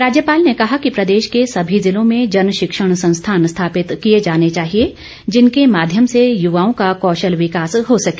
राज्यपाल ने कहा कि प्रदेश के सभी जिलों में जनशिक्षण संस्थान स्थापित किए जाने चाहिए जिनके माध्यम से युवाओं का कौशल विकास हो सके